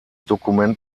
dokument